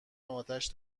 آتش